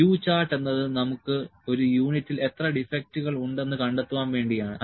U chart എന്നത് നമുക്ക് ഒരു യൂണിറ്റിൽ എത്ര ഡിഫെക്ടുകൾ ഉണ്ടെന്ന് കണ്ടെത്തുവാൻ വേണ്ടി ആണ്